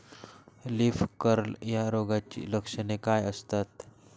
Leaf curl या रोगाची लक्षणे काय असतात?